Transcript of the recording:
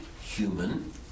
human